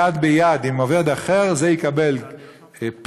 יד ביד עם עובד אחר, זה יקבל פי-כמה.